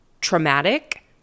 traumatic